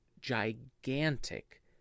gigantic